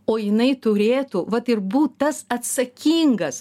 o jinai turėtų vat ir būt tas atsakingas